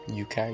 UK